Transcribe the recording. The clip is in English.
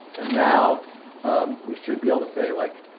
and now we should be able to say like,